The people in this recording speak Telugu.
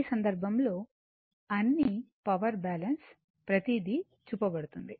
ఈ సందర్భంలో అన్నీ పవర్ బ్యాలెన్స్ ప్రతీది చూపబడుతుంది